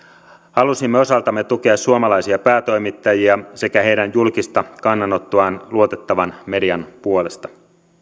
halusimme osaltamme tukea suomalaisia päätoimittajia sekä heidän julkista kannanottoaan luotettavan median puolesta